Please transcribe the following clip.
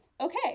okay